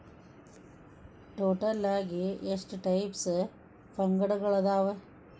total ಆಗಿ ಎಷ್ಟ types ಫಂಡ್ಗಳದಾವ